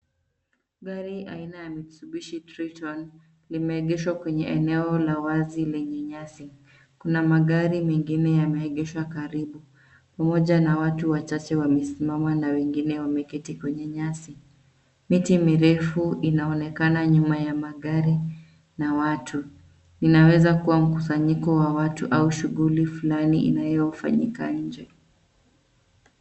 Gari aina ya Mistubishi Triton limeegeshwa kwenye eneo la wazi lenye nyasi. Kuna magari mengine yameegeshwa karibu pamoja na watu wachache wamesimama na wengine wameketi kwenye nyasi. Miti mirefu inaonekana nyuma ya magari na watu. Inaweza kuwa mkusanyiko wa watu au shughuli flani inayofanyika nje.